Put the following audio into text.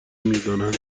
میدانند